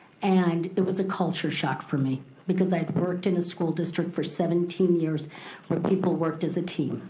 and it was a culture shock for me because i'd worked in a school district for seventeen years where people worked as a team.